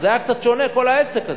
היה קצת שונה כל העסק הזה,